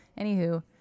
Anywho